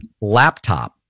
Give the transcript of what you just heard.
laptop